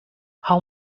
how